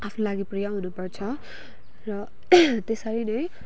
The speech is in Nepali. आफ्नो लागि प्रिय हुनुपर्छ र त्यसरी नै